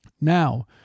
Now